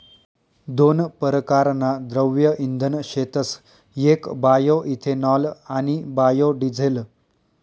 दोन परकारना द्रव्य इंधन शेतस येक बायोइथेनॉल आणि बायोडिझेल